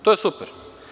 To je super.